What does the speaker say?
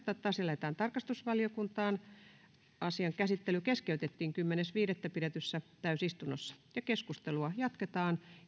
asia lähetetään tarkastusvaliokuntaan asian käsittely keskeytettiin kymmenes viidettä kaksituhattayhdeksäntoista pidetyssä täysistunnossa keskustelua jatketaan